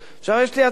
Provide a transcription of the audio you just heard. עכשיו, יש לי הצעה: